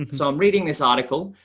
so i'm reading this article,